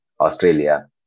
Australia